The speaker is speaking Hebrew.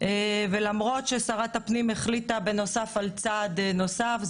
ולמרות ששרת הפנים החליטה בנוסף על צעד נוסף,